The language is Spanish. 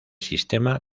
sistema